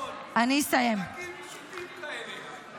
תמורת חברון, חלקים פשוטים כאלה.